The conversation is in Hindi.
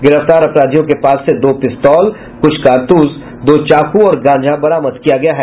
गिरफ्तार अपराधियों के पास से दो पिस्तौल कुछ कारतूस दो चाकू और गांजा बरामद किया गया है